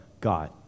God